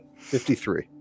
53